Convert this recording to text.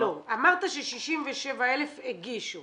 אמרת ש-67 אלף הגישו.